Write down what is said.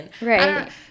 Right